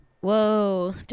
Whoa